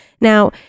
Now